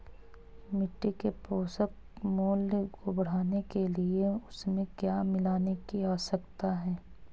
मिट्टी के पोषक मूल्य को बढ़ाने के लिए उसमें क्या मिलाने की आवश्यकता है?